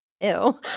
Ew